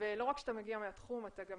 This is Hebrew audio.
ולא רק שאתה מגיע מהתחום, אתה גם